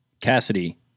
Cassidy